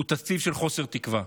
הוא תקציב של חוסר תקווה.